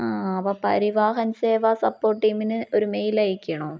ആ അപ്പ പരിവാഹൻ സേവാ സപ്പോർട്ട് ടീമിന് ഒരു മെയില അയക്കണോ